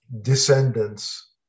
descendants